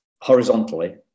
horizontally